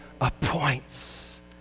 appoints